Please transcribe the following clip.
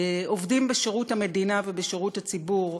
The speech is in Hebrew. עובדים בשירות המדינה ובשירות הציבור.